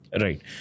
Right